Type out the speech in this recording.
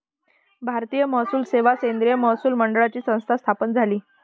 भारतीय महसूल सेवा केंद्रीय महसूल मंडळाची संस्था स्थापन झाली